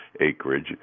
acreage